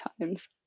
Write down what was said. times